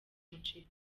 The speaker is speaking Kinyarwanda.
umuceri